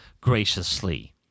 graciously